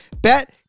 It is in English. bet